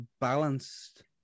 balanced